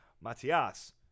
Matias